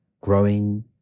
growing